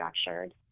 structured